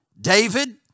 David